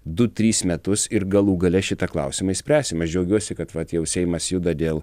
du tris metus ir galų gale šitą klausimą išspręsim aš džiaugiuosi kad vat jau seimas juda dėl